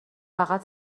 فقط